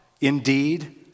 indeed